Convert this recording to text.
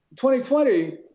2020